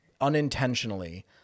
unintentionally